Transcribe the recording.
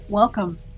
Welcome